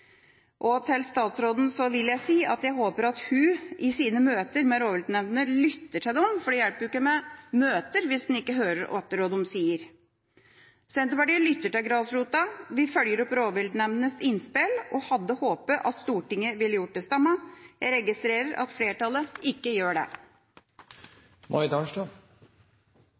ikke. Til statsråden vil jeg si at jeg håper at hun i sine møter med rovviltnemndene lytter til dem. For det hjelper ikke med møter hvis en ikke hører etter hva rovviltnemndene sier. Senterpartiet lytter til grasrota. Vi følger opp rovdyrnemndenes innspill og hadde håpet at Stortinget ville gjort det samme. Jeg registrerer at flertallet ikke gjør